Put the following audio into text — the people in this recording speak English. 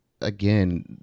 again